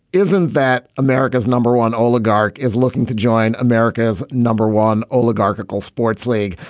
isn't that america's number one oligarch is looking to join america's number one oligarchical sports league.